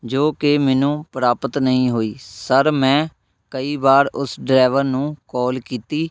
ਜੋ ਕਿ ਮੈਨੂੰ ਪ੍ਰਾਪਤ ਨਹੀਂ ਹੋਈ ਸਰ ਮੈਂ ਕਈ ਵਾਰ ਉਸ ਡਰਾਈਵਰ ਨੂੰ ਕੌਲ ਕੀਤੀ